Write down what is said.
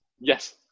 Yes